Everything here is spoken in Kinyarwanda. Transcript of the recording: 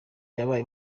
yabaye